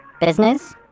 Business